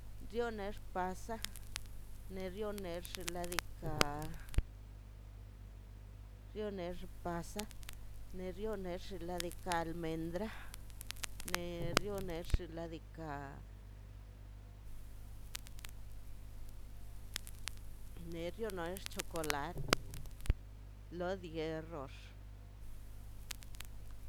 Chione xpasa nerionex xin ladika xione xpasa nerionex xnaꞌ diikaꞌ almendra ne rionex xnaꞌ diikaꞌ nerionex chokolat lo die xox